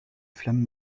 flammes